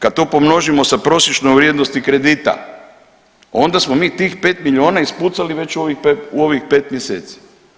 Kad to pomnožimo sa prosječnom vrijednosti kredita, onda smo mi tih 5 milijuna ispucali već u ovih pet mjeseci.